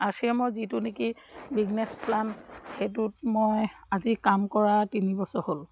R C এমৰ যিটো নেকি বিজনেছ প্লান সেইটোত মই আজি কাম কৰা তিনি বছৰ হ'লঁ